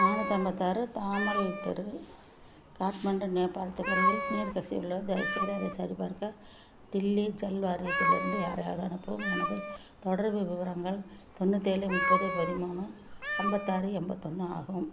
நானூற்று ஐம்பத்தாறு தாமல் தெரு காத்மாண்டு நேபாளத்துக்கு அருகில் நீர் கசிவு உள்ளது தயவுசெய்து அதை சரிபார்க்க தில்லி ஜல் வாரியத்திலிருந்து யாரையாவது அனுப்பவும் எனது தொடர்பு விவரங்கள் தொண்ணூத்தேழு முப்பது பதிமூணு ஐம்பத்தாறு எம்பத்தொன்று ஆகும்